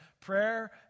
prayer